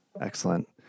excellent